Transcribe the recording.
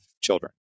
children